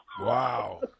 Wow